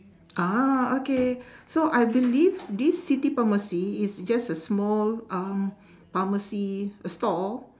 ah okay so I believe this city pharmacy is just a small um pharmacy stall